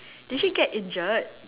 did she get injured